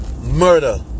murder